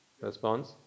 response